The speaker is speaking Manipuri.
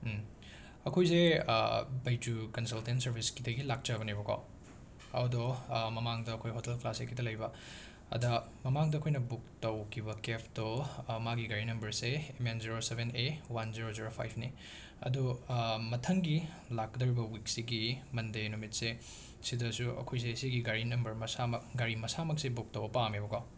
ꯑꯩꯈꯣꯏꯁꯦ ꯕꯩꯖꯨ ꯀꯟꯁꯜꯇꯦꯟ ꯁꯔꯕꯤꯁꯀꯤꯗꯒꯤ ꯂꯥꯛꯆꯕꯅꯦꯕꯀꯣ ꯑꯗꯣ ꯃꯃꯥꯡꯗ ꯑꯩꯈꯣꯏ ꯍꯣꯇꯦꯜ ꯀ꯭ꯂꯥꯁꯤꯛꯀꯤꯇ ꯂꯩꯕ ꯑꯗ ꯃꯃꯥꯡꯗ ꯑꯩꯈꯣꯏꯅ ꯕꯨꯛ ꯇꯧꯈꯤꯕ ꯀꯦꯐꯇꯣ ꯃꯥꯒꯤ ꯒꯥꯔꯤ ꯅꯝꯕꯔꯁꯦ M N zero seven A one zero zero ꯐꯥꯏꯐꯅꯦ ꯑꯗꯣ ꯃꯊꯪꯒꯤ ꯂꯥꯛꯀꯗꯧꯔꯤꯕ ꯋꯤꯛꯁꯤꯒꯤ ꯃꯟꯗꯦ ꯅꯨꯃꯤꯠꯁꯦ ꯁꯤꯗꯁꯨ ꯑꯩꯈꯣꯏꯁꯦ ꯁꯤꯒꯤ ꯒꯥꯔꯤ ꯅꯝꯕꯔ ꯃꯁꯥꯃꯛ ꯒꯥꯔꯤ ꯃꯁꯥꯃꯛꯁꯦ ꯕꯨꯛ ꯇꯧꯕ ꯄꯥꯝꯃꯦꯕꯀꯣ